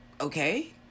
okay